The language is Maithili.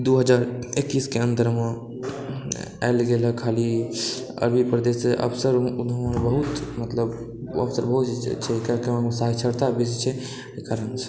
दू हजार एक्कीसके अन्दरमे आएल गेल हइ खाली अरबी प्रदेश से अवसर ओनो बहुत मतलब अवसर बहुत छै जाइके ओमहर साक्षरता बेसी छै अइ कारण से